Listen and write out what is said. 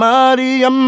Maria